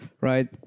right